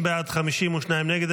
60 בעד, 52 נגד.